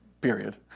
Period